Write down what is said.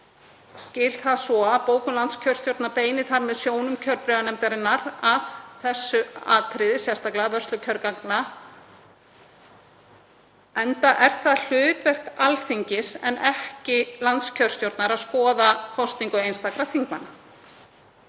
skil það svo að bókun landskjörstjórnar beini sjónum kjörbréfanefndarinnar að þessu atriði sérstaklega, vörslu kjörgagna, enda er það hlutverk Alþingis en ekki landskjörstjórnar að skoða kosningu einstakra þingmanna.